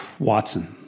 Watson